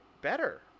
better